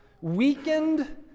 weakened